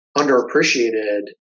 underappreciated